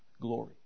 glory